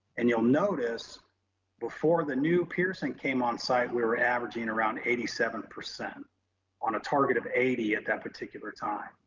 and you'll notice before the new pearson came on site, we were averaging around eighty seven percent on a target of eighty at that particular time.